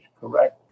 correct